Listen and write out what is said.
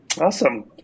Awesome